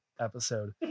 episode